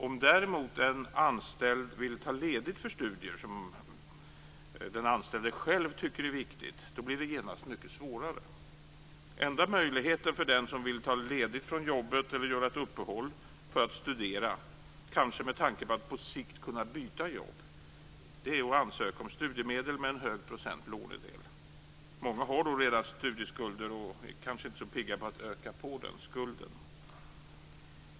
Om däremot en anställd vill ta ledigt för studier som den anställde själv tycker är viktiga blir det genast mycket svårare. Enda möjligheten för den som vill ta ledigt från jobbet eller göra ett uppehåll för att studera, kanske med tanke på att på sikt kunna byta jobb, är att ansöka om studiemedel med en hög procent lånedel. Många har då redan studieskulder och är kanske inte så pigga på att öka på den skulden.